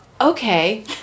okay